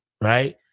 right